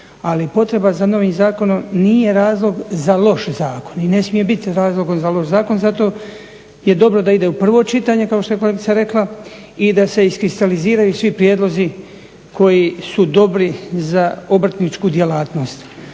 Ali potreba za novim zakonom nije razlog za loš zakon. I ne smije biti razlogom za loš zakon. Zato je dobro da ide u prvo čitanje kao što je kolegica rekla i da se iskristaliziraju svi prijedlozi koji su dobri za obrtničku djelatnost.